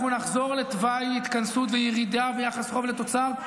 אנחנו נחזור לתוואי התכנסות וירידה ביחס חוב תוצר,